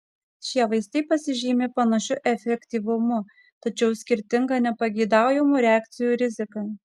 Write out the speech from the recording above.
šie vaistai pasižymi panašiu efektyvumu tačiau skirtinga nepageidaujamų reakcijų rizika